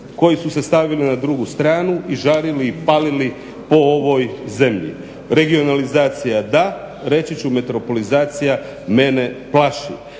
koji su se stavili na drugu stranu i žarili i palili po ovoj zemlji. Regionalizacija da, reći ću metropolizacija mene plaši.